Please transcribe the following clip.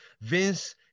Vince